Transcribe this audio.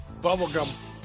bubblegum